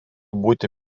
būti